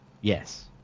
yes